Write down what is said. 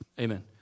Amen